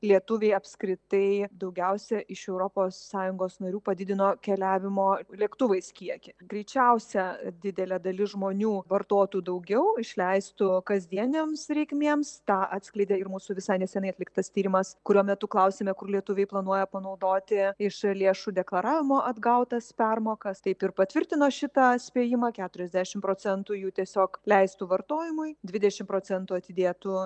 lietuviai apskritai daugiausia iš europos sąjungos narių padidino keliavimo lėktuvais kiekį greičiausia didelė dalis žmonių vartotų daugiau išleistų kasdienėms reikmėms tą atskleidė ir mūsų visai nesenai atliktas tyrimas kurio metu klausėme kur lietuviai planuoja panaudoti iš lėšų deklaravimo atgautas permokas taip ir patvirtino šitą spėjimą keturiasdešim procentų jų tiesiog leistų vartojimui dvidešim procentų atidėtų